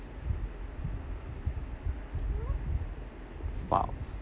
!wow!